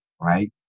Right